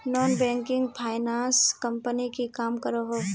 Non banking finance company की काम करोहो?